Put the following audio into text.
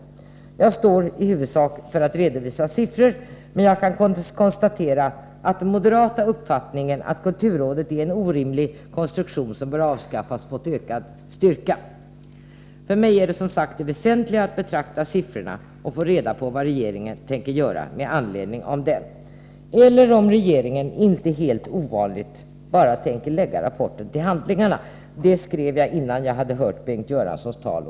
I huvudsak står jag här för att redovisa siffror. Jag kan konstatera att den moderata uppfattningen, att kulturrådet är en orimlig konstruktion som bör avskaffas, fått ökad styrka. Det väsentliga för mig är, som sagt, siffrorna samt att få reda på vad regeringen tänker göra med anledning av dessa. Eller tänker regeringen — det är inte helt ovanligt — bara lägga rapporten till handlingarna? Jag skrev ned detta innan jag hört Bengt Göranssons tal.